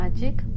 Magic